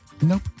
Nope